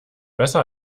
besser